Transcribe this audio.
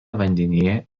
vandenyje